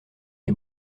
les